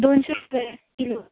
दोनशे रुपया किलो